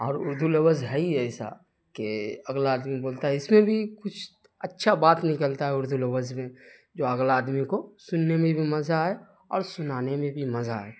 اور اردو لفظ ہے ہی ایسا کہ اگلا آدمی بولتا ہے اس میں بھی کچھ اچھا بات نکلتا ہے اردو لفظ میں جو اگلا آدمی کو سننے میں بھی مزہ آئے اور سنانے میں بھی مزہ آئے